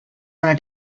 wanna